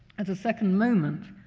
as a second amendment,